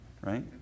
right